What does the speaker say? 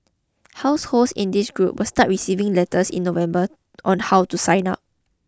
households in this group will start receiving letters in November on how to sign up